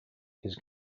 his